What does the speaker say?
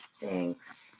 Thanks